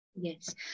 yes